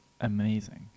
Amazing